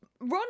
Ron